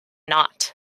not